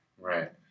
Right